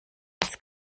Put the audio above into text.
als